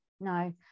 no